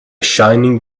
shining